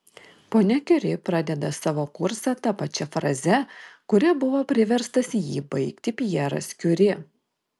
ponia kiuri pradeda savo kursą ta pačia fraze kuria buvo priverstas jį baigti pjeras kiuri